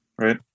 right